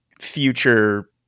future